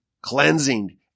cleansing